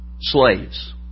slaves